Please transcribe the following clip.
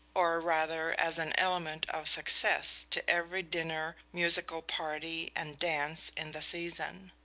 or rather as an element of success, to every dinner, musical party, and dance in the season.